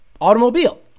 automobile